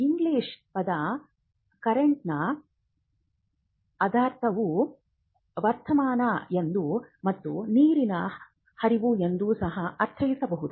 English ಪದ current ನ ಅರ್ಥವೂ ವರ್ತಮಾನ ಎಂದು ಮತ್ತು ನೀರಿನ ಹರಿವು ಎಂದು ಸಹ ಅರ್ಥೈಸಬಹುದು